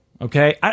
Okay